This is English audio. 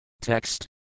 Text